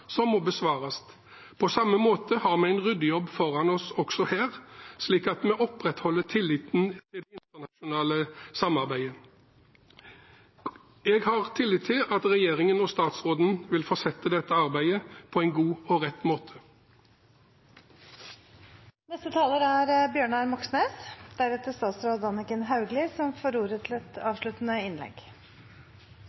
som må besvares. Vi har en ryddejobb foran oss også her, slik at vi opprettholder tilliten til det internasjonale samarbeidet. Jeg har tillit til at regjeringen og statsråden vil fortsette dette arbeidet på en god og rett måte. Jeg har aldri sett en så alvorlig sak som